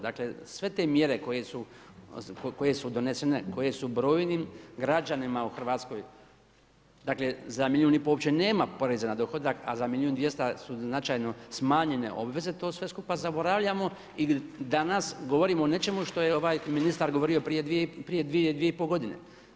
Dakle sve te mjere koje su donesene, koji su brojnim građanima u Hrvatskoj, dakle za milijun i pol uopće nema poreza na dohodak a za milijuna i 200 su značajno smanjene obveze, to sve skupa zaboravljamo i danas govorimo o nečemu što je ovaj ministar govorio prije 2,5 godine.